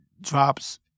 drops